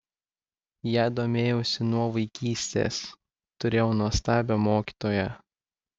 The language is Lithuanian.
ja domėjausi nuo vaikystės turėjau nuostabią mokytoją